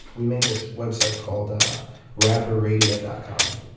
we made this website called ah rapperradio dot com.